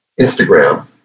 Instagram